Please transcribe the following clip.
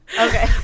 Okay